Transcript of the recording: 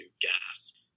gas